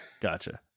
Gotcha